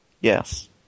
yes